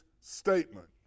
statement